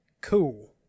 Cool